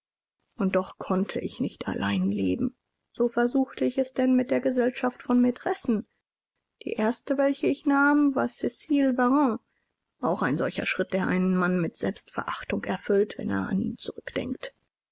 und doch konnte ich nicht allein leben so versuchte ich es denn mit der gesellschaft von maitressen die erste welche ich nahm war cecile varens auch ein solcher schritt der einen mann mit selbstverachtung erfüllt wenn er an ihn zurückdenkt